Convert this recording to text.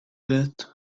that